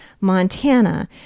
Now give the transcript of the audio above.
Montana